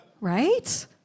right